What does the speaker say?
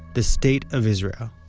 the state of israel.